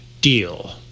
deal